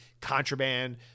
Contraband